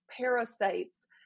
parasites